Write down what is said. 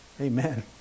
Amen